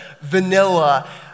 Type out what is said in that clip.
vanilla